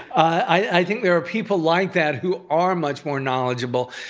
i think there are people like that who are much more knowledgeable,